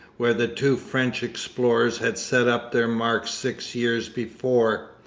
where the two french explorers had set up their marks six years before.